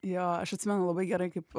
jo aš atsimenu labai gerai kaip